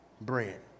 bread